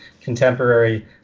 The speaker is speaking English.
contemporary